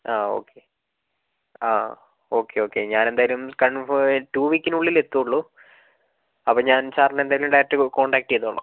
ആ ഓക്കെ ആ okay okay ഞാൻ എന്തായാലും കൺഫോം ടു വീക്കിനുള്ളിലേ എത്തുള്ളൂ അപ്പോൾ ഞാൻ സാറിനെ എന്തായാലും ഡയറക്റ്റ് കോൺടാക്ട് ചെയ്തോളാം